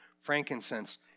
frankincense